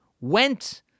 went